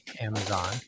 Amazon